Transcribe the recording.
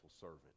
servant